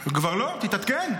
כבר לא, תתעדכן.